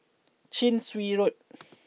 Chin Swee Road